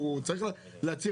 הוא צריך להצהיר.